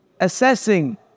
assessing